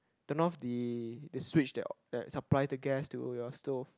turn off the the switch that that supply the gas to your stove